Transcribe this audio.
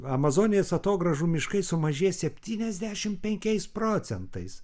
amazonės atogrąžų miškai sumažės septyniasdešimt penkiais procentais